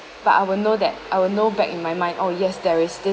but I will know that I will know back in my mind oh yes there is